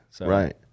right